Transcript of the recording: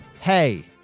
Hey